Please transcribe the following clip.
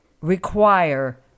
require